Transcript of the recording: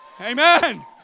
Amen